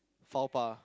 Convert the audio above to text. faux pas